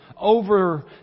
over